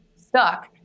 stuck